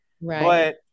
right